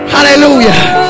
Hallelujah